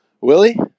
Willie